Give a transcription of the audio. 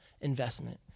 investment